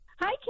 Hi